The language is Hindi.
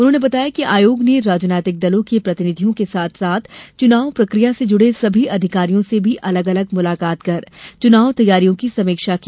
उन्होंने बताया कि आयोग ने राजनैतिकदलों के प्रतिनिधियों के साथ साथ चुनाव प्रकिया से जुड़े सभी अधिकारियों से भी अलग अलग मुलाकात कर चुनाव तैयारियों की समीक्षा की